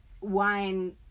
wine